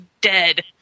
dead